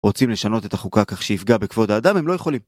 רוצים לשנות את החוקה כך שיפגע בכבוד האדם הם לא יכולים